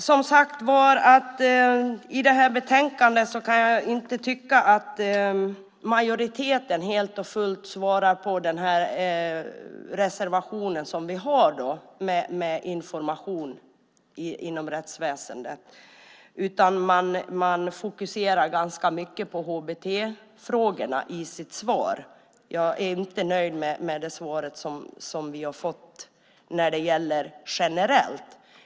Jag kan inte tycka att majoriteten helt och fullt i betänkandet svarar på den reservation som vi har om information inom rättsväsendet. Man fokuserar ganska mycket på HBT-frågorna i sitt svar. Jag är inte nöjd med det svar som vi har fått när det gäller det generella.